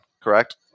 correct